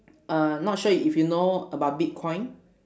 uh not sure if you know about bitcoin